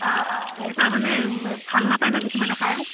অঁ অঁ সেই তাৰমানে ভাল নাপায় ন কিছুমানে খায়